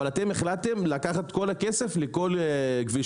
אבל אתם החלטתם לקחת את כל הכסף לכל כביש